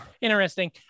Interesting